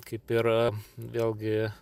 kaip ir vėlgi